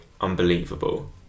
unbelievable